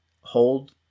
hold